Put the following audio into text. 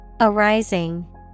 Arising